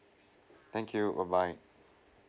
thank you bye bye